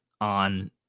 on